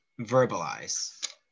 verbalize